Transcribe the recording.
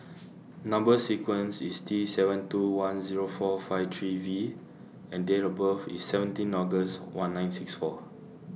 Number sequence IS T seven two one Zero four five three V and Date of birth IS seventeen August one nine six four